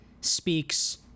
speaks